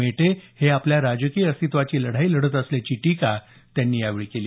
मेटे हे आपल्या राजकीय अस्तित्वाची लढाई लढत असल्याची टीका त्यांनी यावेळी केली